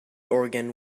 organ